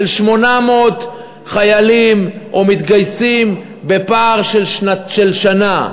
של 800 חיילים או מתגייסים בפער של שנה,